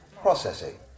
processing